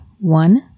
one